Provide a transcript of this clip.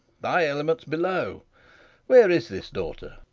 thy element's below where is this daughter?